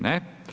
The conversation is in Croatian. Ne.